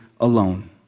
alone